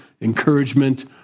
encouragement